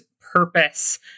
purpose